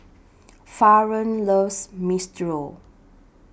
Faron loves Minestrone